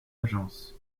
agence